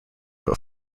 but